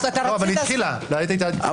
אבל היא כבר התחילה הסתייגות אחת.